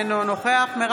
נגד מירב כהן, אינה נוכחת